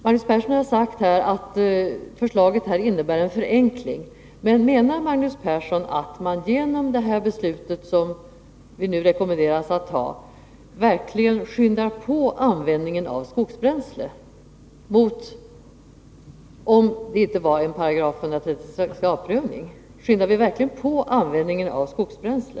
Magnus Persson har sagt att förslaget innebär en förenkling. Men menar Magnus Persson att man genom det här beslutet som vi nu rekommenderas att ta verkligen skyndar på användningen av skogsbränsle; jämfört med om det inte var en 136 a §-prövning? Skyndar vi verkligen på användningen av skogsbränsle?